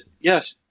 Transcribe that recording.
Yes